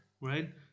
Right